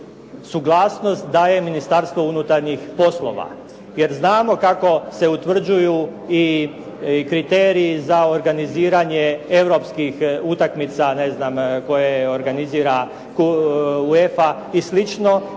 suglasnost daje Ministarstvo unutarnjih poslova. Jer znamo kako se utvrđuju i kriteriji za organiziranje europskih utakmica ne znam koje organizira UEFA i